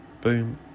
boom